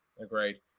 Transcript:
Agreed